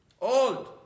Old